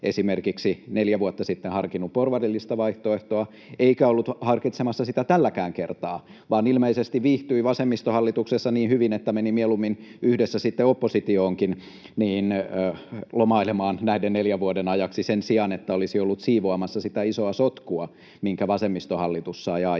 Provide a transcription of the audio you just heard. esimerkiksi neljä vuotta sitten harkinnut porvarillista vaihtoehtoa eikä ollut harkitsemassa sitä tälläkään kertaa, vaan ilmeisesti viihtyi vasemmistohallituksessa niin hyvin, että meni mieluummin yhdessä sitten oppositioonkin lomailemaan näiden neljän vuoden ajaksi sen sijaan, että olisi ollut siivoamassa sitä isoa sotkua, minkä vasemmistohallitus sai aikaan.